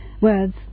words